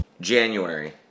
January